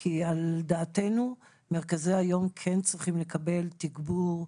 כי על דעתנו מרכזי היום כן צריכים לקבל תגבור,